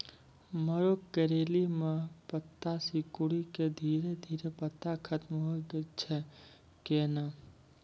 मरो करैली म पत्ता सिकुड़ी के धीरे धीरे पत्ता खत्म होय छै कैनै?